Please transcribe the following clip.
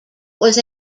was